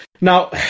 Now